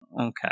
Okay